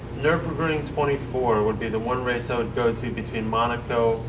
nurburgring twenty four would be the one race i would go to between monaco,